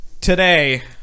Today